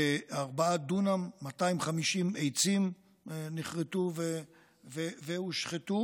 ארבעה דונם, 250 עצים נכרתו והושחתו.